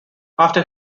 after